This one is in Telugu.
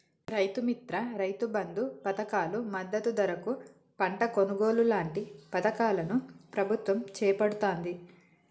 రైతు మిత్ర, రైతు బంధు పధకాలు, మద్దతు ధరకు పంట కొనుగోలు లాంటి పధకాలను ప్రభుత్వం చేపడుతాంది